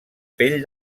pell